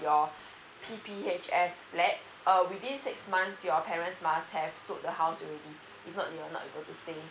p p h s flat uh within six months your parents must have sold the house already if not you're not able to stay